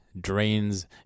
drains